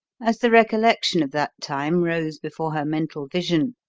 as the recollection of that time rose before her mental vision,